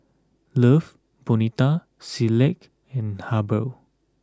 Love Bonito Similac and Habhal